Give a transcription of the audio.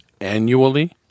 annually